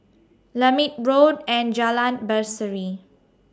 Lermit Road and Jalan Berseri